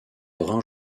brun